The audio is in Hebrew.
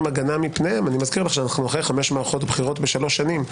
הגנה מפניהם אני מזכיר שאנו אחרי 5 מערכות בחירות בשלוש שנים.